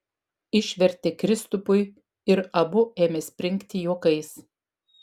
išvertė kristupui ir abu ėmė springti juokais